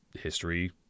history